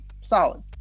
Solid